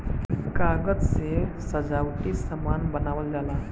कागज से सजावटी सामान बनावल जाला